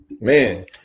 Man